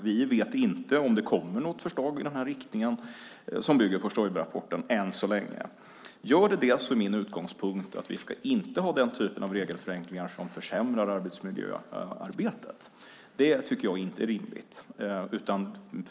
Vi vet inte om det kommer något förslag i den här riktningen som bygger på Stoiberrapporten än så länge. Om det gör det är min utgångspunkt att vi inte ska ha den typ av regelförenklingar som försämrar arbetsmiljöarbetet. Det tycker jag inte är rimligt.